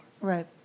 Right